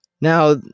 Now